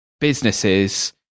businesses